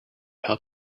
how